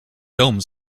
dome